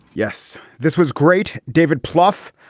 yes this was great. david plouffe,